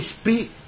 speak